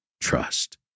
trust